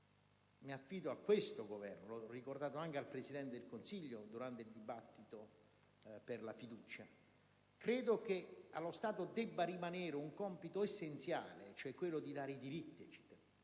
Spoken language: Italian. mi affido a questo Governo, l'ho ricordato anche al Presidente del Consiglio durante il dibattito sulla fiducia - credo debba rimanere un compito essenziale, quello di garantire i diritti ai